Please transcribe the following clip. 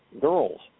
girls